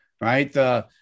right